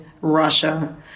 Russia